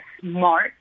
smart